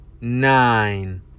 nine